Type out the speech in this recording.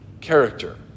character